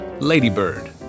Ladybird